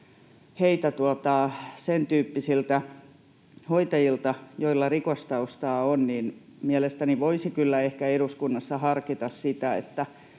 heitä sentyyppisiltä hoitajilta, joilla rikostaustaa on, niin mielestäni voisi kyllä ehkä eduskunnassa harkita sitä,